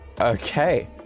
Okay